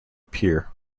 pier